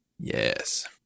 Yes